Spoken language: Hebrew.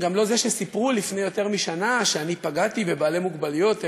גם לא זה שסיפרו לפני יותר משנה שאני פגעתי בבעלי מוגבלויות,